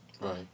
Right